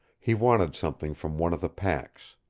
he wanted something from one of the packs.